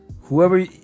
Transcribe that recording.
Whoever